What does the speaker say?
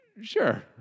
Sure